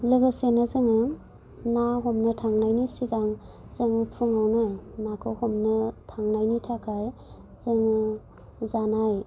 लोगोसेनो जोङो ना हमनो थांनायनि सिगां जों फुङावनो नाखौ हमनो थांनायनि थाखाय जोङो जानाय